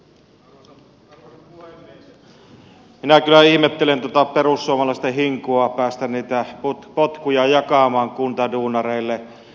minä kyllä ihmettelen tuota perussuomalaisten hinkua päästä niitä potkuja jakamaan kuntaduunareille